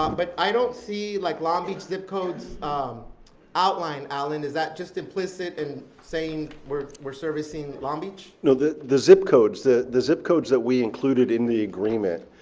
um but i don't see like long beach zip codes um outlined alan. is that just implicit in saying, we're we're serving long beach? no, the the zip codes. the the zip codes that we included in the agreement,